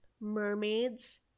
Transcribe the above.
mermaids